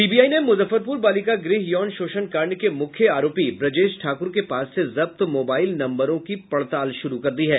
CBI ने मुजफ्फरपुर बालिका गृह यौन शोषण कांड के मुख्य आरोपी ब्रजेश ठाकुर के पास से जब्त मोबाईल नम्बरों की पड़ताल शुरू कर दी है